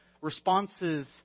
responses